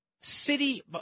city